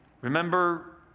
Remember